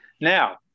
Now